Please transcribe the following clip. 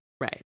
Right